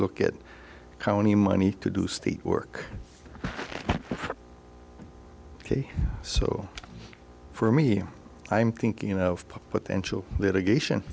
look at county money to do state work ok so for me i'm thinking of potential litigation